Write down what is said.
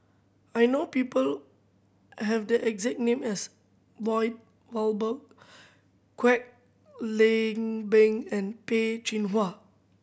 I know people I have the exact name as Lloyd Valberg Kwek Leng Beng and Peh Chin Hua